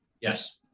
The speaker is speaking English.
Yes